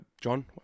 John